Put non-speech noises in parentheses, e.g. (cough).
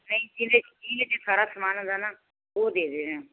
ਨਹੀਂ ਜੀ (unintelligible) ਸਾਰਾ ਸਮਾਨ ਹੁੰਦਾ ਨਾ ਉਹ ਦੇ ਦੇਣਾ ਹੀ